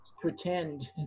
pretend